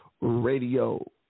radio